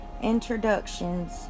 introductions